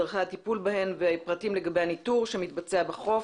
דרכי הטיפול בהן, ופרטים לגבי הניטור שמתבצע בחוף